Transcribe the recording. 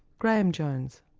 graeme jones.